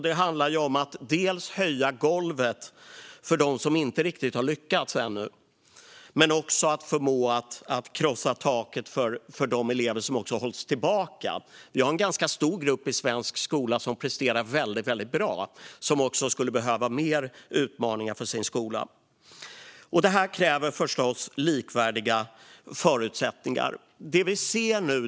Det handlar dels om att höja golvet för dem som inte riktigt har lyckats ännu, dels om att förmå att krossa taket för de elever som har hållits tillbaka. Det finns en ganska stor grupp i svensk skola som presterar väldigt bra och som skulle behöva mer utmaningar från sin skola. Detta kräver förstås likvärdiga förutsättningar. Fru talman!